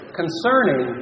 concerning